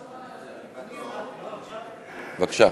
בבקשה.